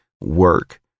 work